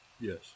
Yes